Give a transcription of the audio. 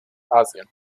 asien